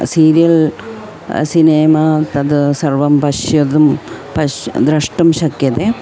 cereal cinema तद् सर्वं पश्यतुं पश्य द्रष्टुं शक्यते